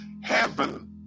heaven